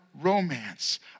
romance